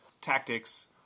tactics